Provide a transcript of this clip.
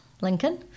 Lincoln